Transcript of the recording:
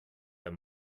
der